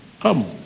Come